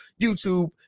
YouTube